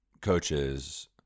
coaches